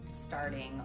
Starting